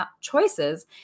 choices